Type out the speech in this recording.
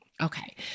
Okay